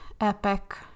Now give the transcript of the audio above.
epic